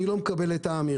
אני לא מקבל את האמירה